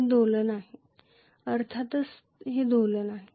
हे दोलन आहे अर्थातच हे दोलन आहे